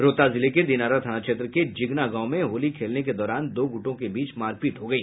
रोहतास जिले के दिनारा थाना क्षेत्र के जिगना गांव में होली खेलने के दौरान दो गुटों के बीच मारपीट हो गई